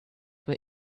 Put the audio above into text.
were